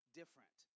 different